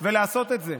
ולעשות את זה.